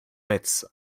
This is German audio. metz